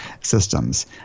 systems